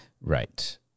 right